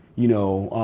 you know,